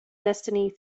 destiny